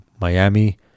miami